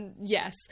Yes